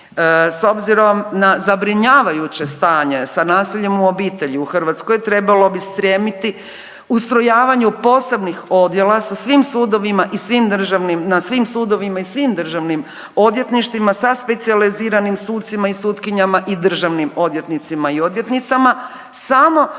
S obzirom na zabrinjavajuće stanje sa nasiljem u obitelji u Hrvatskoj trebalo bi strjemiti ustrojavanju posebnih odjela na svim sudovima i svim državnim odvjetništvima sa specijaliziranim sucima i sutkinjama i državnim odvjetnicima i odvjetnicama samo za